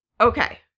okay